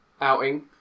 outing